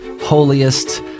holiest